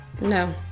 no